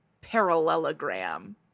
parallelogram